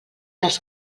dels